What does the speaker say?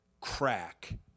crack